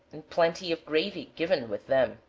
and plenty of gravy given with them.